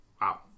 Wow